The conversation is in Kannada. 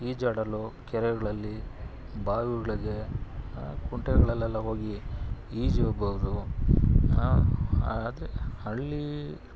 ಈಜಾಡಲು ಕೆರೆಗಳಲ್ಲಿ ಬಾವಿಗಳಿಗೆ ಕುಂಟೆಗಳಲ್ಲೆಲ್ಲ ಹೋಗಿ ಈಜಲೂಬಹುದು ಆದರೆ ಹಳ್ಳಿ